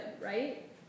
right